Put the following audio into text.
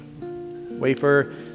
wafer